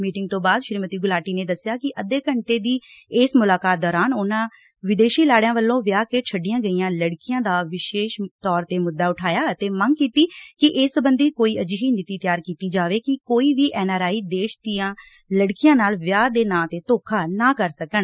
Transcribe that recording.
meeting ਤੋਂ ਬਾਅਦ ਸ੍ਰੀਮਤੀ ਗੁਲਾਟੀਂ ਨੇ ਦੱਸਿਆ ਕਿ ਅੱਧੇ ਘੰਟੇ ਦੀ ਇਸ ਮੁਲਾਕਾਤ ਦੌਰਾਨ ਉਨ੍ਹਾਂ ਵਿਦੇਸ਼ੀ ਲਾੜਿਆਂ ਵਲੋ ਵਿਆਹ ਕੇ ਛੱਡੀਆਂ ਗਈਆਂ ਲੜਕੀਆਂ ਦਾ ਮੁੱਦਾ ਵਿਸੇਸ਼ ਤੌਰ ਤੇ ਉਠਾਇਆ ਅਤੇ ਮੰਗ ਕੀਤੀ ਕਿ ਇਂਸ ਸਬੰਧੀ ਕੋਈ ਅਜਿਹੀ ਨੀਤੀ ਤਿਆਰ ਕੀਤੀ ਜਾਵੇ ਕਿ ਕੋਈ ਵੀ ਐਨਆਰਆਈ ਦੇਸ਼ ਦੀ ਲੜਕੀਆਂ ਨਾਲ ਵਿਆਹ ਦੇ ਨਾਂ ਤੇ ਧੋਖਾ ਨਾ ਕਰ ਸਕਣ